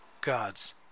God's